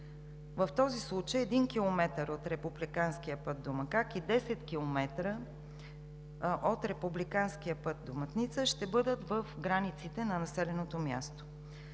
В този случай 1 км от републиканския път до „Макак“ и 10 км от републиканския път до „Мътница“ ще бъдат в границите на населеното място.